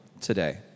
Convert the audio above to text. today